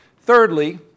Thirdly